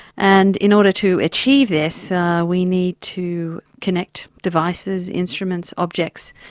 and in order to achieve this we need to connect devices, instruments, objects,